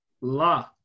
La